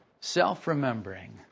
Self-remembering